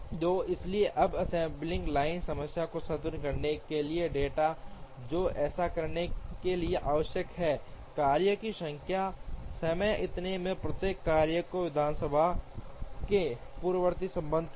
2 इसलिए एक assembly line समस्या को संतुलित करने के लिए डेटा जो ऐसा करने के लिए आवश्यक हैं कार्यों की संख्या है समय इनमें से प्रत्येक कार्य और विधानसभा के पूर्ववर्ती संबंध के लिए